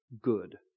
good